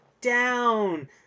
down